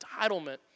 entitlement